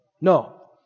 No